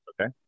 Okay